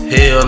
Hell